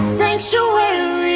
sanctuary